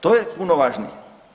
To je puno važnije.